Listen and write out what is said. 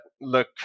look